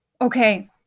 okay